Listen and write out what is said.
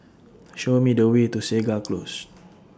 Show Me The Way to Segar Close